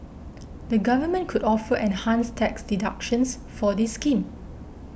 the government could offer enhanced tax deductions for this scheme